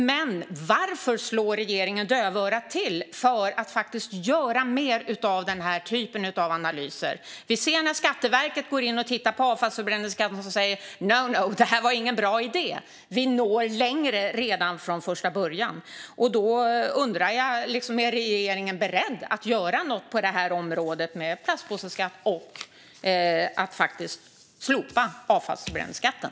Men varför slår regeringen dövörat till när det gäller att göra mer av den här typen av analyser? Skatteverket har tittat på avfallsförbränningsskatten och sagt att det inte är någon bra idé. Vi nådde längre redan från första början. Då undrar jag: Är regeringen beredd att göra något med plastpåseskatten och slopa avfallsförbränningsskatten?